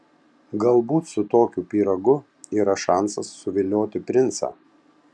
galbūt su tokiu pyragu yra šansas suvilioti princą